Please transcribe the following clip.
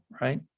right